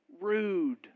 rude